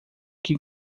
que